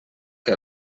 que